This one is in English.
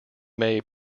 may